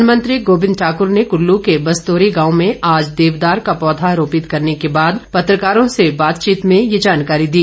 वनमंत्री गोविंद ठाकुर ने कुल्लू के बस्तोरी गांव में आज देवदार का पौधा रोपित करने के बाद पत्रकारों से बातचीत में ये जानकारी दी